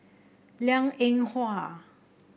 Liang Eng Hwa